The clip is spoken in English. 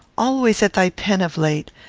always at thy pen of late.